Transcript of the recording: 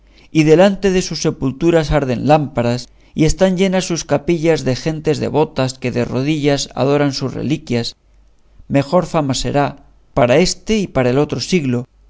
y delante de sus sepulturas arden lámparas y están llenas sus capillas de gentes devotas que de rodillas adoran sus reliquias mejor fama será para este y para el otro siglo